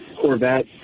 Corvette